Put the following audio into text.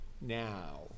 now